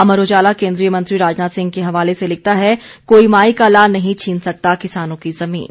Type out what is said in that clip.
अमर उजाला केंद्रीय मंत्री राजनाथ सिंह के हवाले से लिखता है कोई माई का लाल नहीं छीन सकता किसानों की जमीन